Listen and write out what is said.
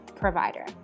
provider